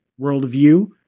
worldview